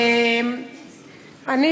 אני